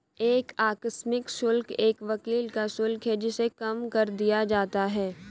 एक आकस्मिक शुल्क एक वकील का शुल्क है जिसे कम कर दिया जाता है